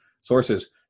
sources